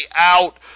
out